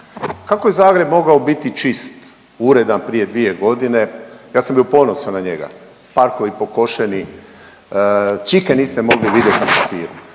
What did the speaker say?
Kako je Zagreb mogao biti čist, uredan prije dvije godine? Ja sam bio ponosan na njega. Parkovi pokošeni, čika niste mogli vidjet u … i